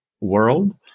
world